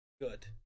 Good